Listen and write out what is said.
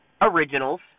originals